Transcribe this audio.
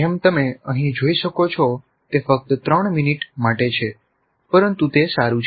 જેમ તમે અહીં જોઈ શકો છો તે ફક્ત 3 મિનિટ માટે છે પરંતુ તે સારું છે